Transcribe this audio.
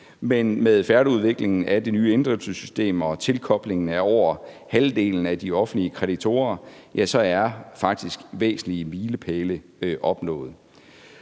men med færdigudviklingen af det nye inddrivelsessystem og tilkoblingen af over halvdelen af de offentlige kreditorer er væsentlige milepæle faktisk